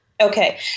Okay